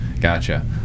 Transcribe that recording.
gotcha